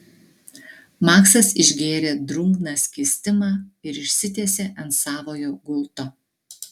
maksas išgėrė drungną skystimą ir išsitiesė ant savojo gulto